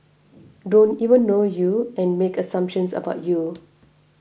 don't even know you and make assumptions about you